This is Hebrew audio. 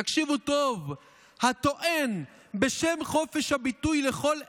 תקשיבו טוב, "הטוען בשם חופש הביטוי לכל אלה,